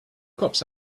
cops